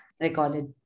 recorded